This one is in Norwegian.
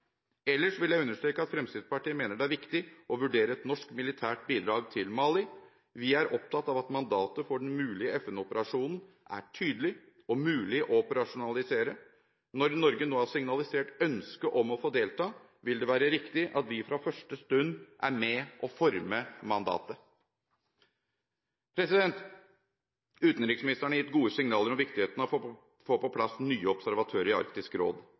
Ellers vil jeg understreke at Fremskrittspartiet mener det er viktig å vurdere et norsk militært bidrag til Mali. Vi er opptatt av at mandatet for den mulige FN-operasjonen er tydelig og mulig å operasjonalisere. Når Norge nå har signalisert ønske om å få delta, vil det være riktig at vi fra første stund er med og former mandatet. Utenriksministeren har gitt gode signaler om viktigheten av å få på plass nye observatører i Arktisk råd.